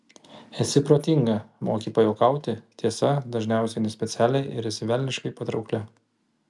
esi protinga moki pajuokauti tiesa dažniausiai nespecialiai ir esi velniškai patraukli